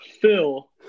Phil